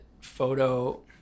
photo